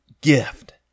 gift